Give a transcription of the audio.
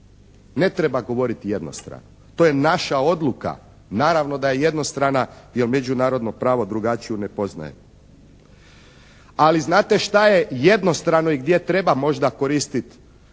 Ne treba govoriti jednostrano. To je naša odluka. Naravno da je jednostrana jer međunarodno pravo drugačiju ne poznaje. Ali znate što je jednostrano i gdje treba možda koristiti